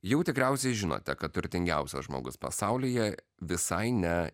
jau tikriausiai žinote kad turtingiausias žmogus pasaulyje visai ne